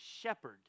shepherd